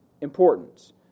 importance